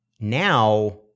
now